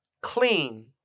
clean